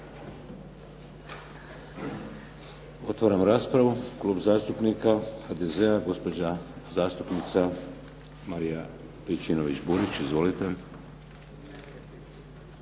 Otvaram raspravu klub zastupnika HDZ-a, gospođa zastupnica Marija Pejčinović-Burić. Izvolite.